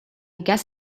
guess